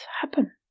happen